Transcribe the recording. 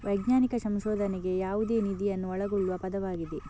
ವೈಜ್ಞಾನಿಕ ಸಂಶೋಧನೆಗೆ ಯಾವುದೇ ನಿಧಿಯನ್ನು ಒಳಗೊಳ್ಳುವ ಪದವಾಗಿದೆ